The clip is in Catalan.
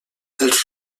els